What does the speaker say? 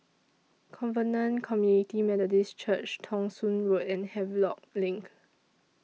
Covenant Community Methodist Church Thong Soon Road and Havelock LINK